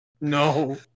No